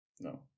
No